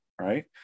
right